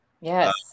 Yes